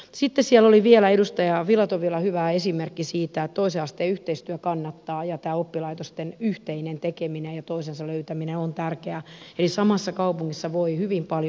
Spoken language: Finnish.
sitten siellä oli vielä edustaja filatovilla hyvä esimerkki siitä että toisen asteen yhteistyö kannattaa ja tämä oppilaitosten yhteinen tekeminen ja toistensa löytäminen on tärkeää eli samassa kaupungissa voi hyvin paljon säästää